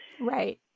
Right